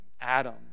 Adam